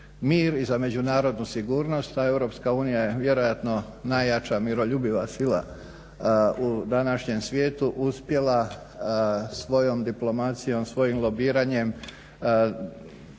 mir i za međunarodnu sigurnost. Ta EU je vjerojatno najjača miroljubiva sila u današnjem svijetu uspjela svojom diplomacijom, svojim lobiranjem